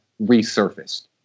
resurfaced